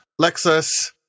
Lexus